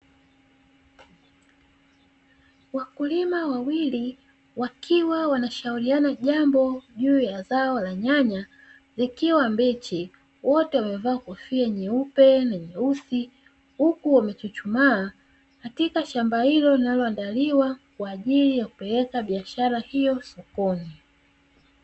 Wakulima wawili wakiwa wanashauriana jambo juu ya zao la nyanya zikiwa mbichi, wote wamevaa kofia nyeupe na nyeusi huku wamechuchumaa, katika shamba hilo linaloandaliwa kwa ajili ya kupeleka biashara hiyo sokoni.